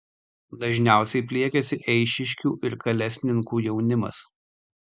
dažniausiai pliekiasi eišiškių ir kalesninkų jaunimas